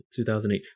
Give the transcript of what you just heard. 2008